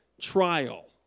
trial